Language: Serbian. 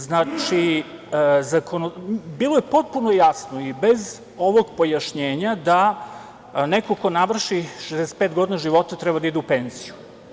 Znači, bilo je potpuno jasno, i bez ovog pojašnjenja, da neko ko navrši 65 godina života treba da ide u penziju.